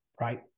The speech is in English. right